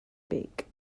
bake